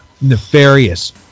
nefarious